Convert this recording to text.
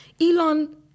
Elon